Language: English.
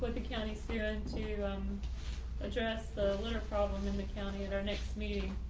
but the county soon to um address the litter problem in the county and our next meeting.